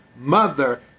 mother